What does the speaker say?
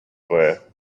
were